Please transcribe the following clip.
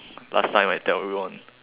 last time I tell you one